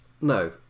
No